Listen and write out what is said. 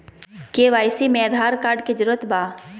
KYC में Aadhaar card के जरूरत बा?